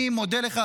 אני מודה לך,